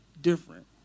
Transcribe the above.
different